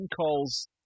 calls